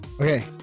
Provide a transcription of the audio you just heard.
Okay